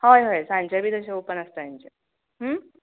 हय हय सांचें बी तशें ओपन आसता तेंचें